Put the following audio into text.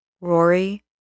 Rory